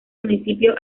municipio